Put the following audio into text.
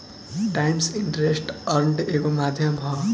times interest earned एगो माध्यम ह